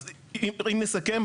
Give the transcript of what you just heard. אז אם נסכם,